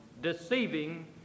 deceiving